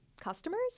customers